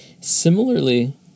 Similarly